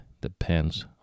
depends